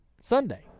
Sunday